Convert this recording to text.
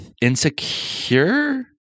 insecure